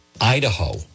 Idaho